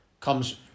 comes